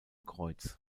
kreuz